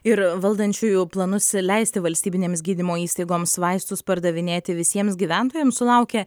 ir valdančiųjų planus leisti valstybinėms gydymo įstaigoms vaistus pardavinėti visiems gyventojams sulaukė